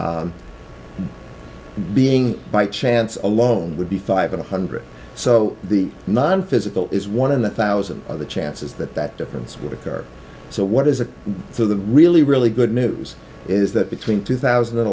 being by chance alone would be five in a hundred so the nonphysical is one in a thousand or the chances that that difference would occur so what is it so the really really good news is that between two thousand and